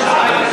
לאותו חוק.